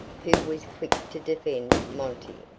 who was quick to defend monty.